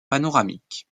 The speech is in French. panoramique